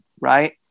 Right